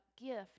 gift